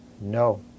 no